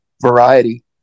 variety